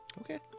Okay